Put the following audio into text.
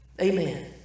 Amen